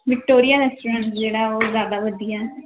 Victoria restaurant ਜਿਹੜਾ ਉਹ ਜ਼ਿਆਦਾ ਵਧੀਆ